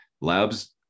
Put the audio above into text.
Labs